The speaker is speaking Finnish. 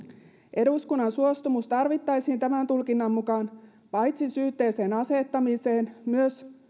eduskunnan suostumus tarvittaisiin tämän tulkinnan mukaan paitsi syytteeseen asettamiseen myös